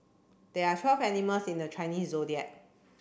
there are twelve animals in the Chinese Zodiac